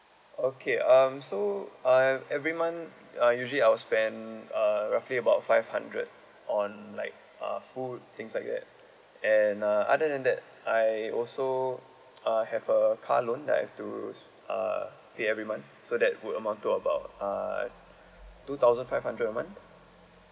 okay um so uh every month I usually I will spend uh roughly about five hundred on like uh food things like that and uh other than that I also uh have a car loan that I have to uh pay every month so that will amount to about uh two thousand five hundred a month